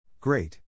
Great